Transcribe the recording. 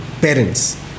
parents